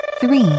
three